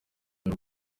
dore